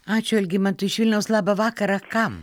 ačiū algimantui iš vilniaus labą vakarą kam